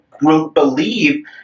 believe